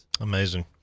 amazing